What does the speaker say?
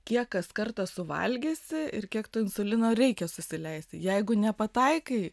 kiek kas kartą suvalgysi ir kiek to insulino reikia susileisti jeigu nepataikai